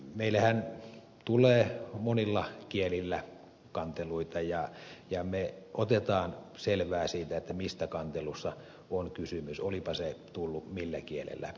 meillehän tulee monilla kielillä kanteluita ja me otamme selvää siitä mistä kantelussa on kysymys olipa se tullut millä kielellä hyvänsä